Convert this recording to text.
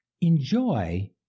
Enjoy